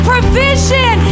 provision